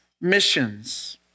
missions